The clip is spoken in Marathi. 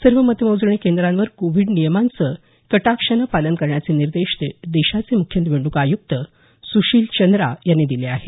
सर्व मतमोजणी केंद्रांवर कोविड नियमांचं कटाक्षानं पालन करण्याचे निर्देश देशाचे मुख्य निवडणूक आयुक्त सुशील चंद्रा यांनी दिले आहेत